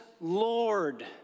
Lord